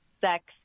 sex